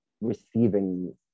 receiving